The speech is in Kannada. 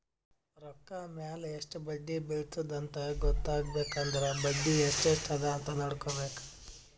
ರೊಕ್ಕಾ ಮ್ಯಾಲ ಎಸ್ಟ್ ಬಡ್ಡಿ ಬಿಳತ್ತುದ ಅಂತ್ ಗೊತ್ತ ಆಗ್ಬೇಕು ಅಂದುರ್ ಬಡ್ಡಿ ಎಸ್ಟ್ ಎಸ್ಟ್ ಅದ ಅಂತ್ ನೊಡ್ಕೋಬೇಕ್